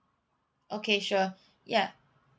okay sure ya